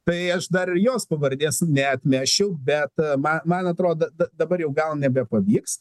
tai aš dar ir jos pavardės neatmesčiau bet man man atrodo dabar jau gal nebepavyks